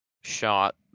shot